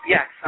Yes